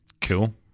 Cool